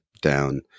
down